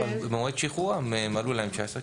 אבל במועד שחרורם מלאו 19,